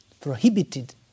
prohibited